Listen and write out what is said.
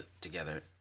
together